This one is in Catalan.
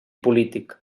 polític